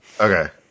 Okay